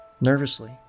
Nervously